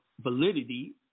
validity